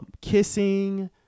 kissing